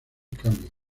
cambio